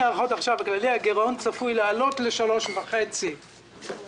הערכת החשב הכללי הגירעון צפוי לעלות ל-3.5% באוקטובר".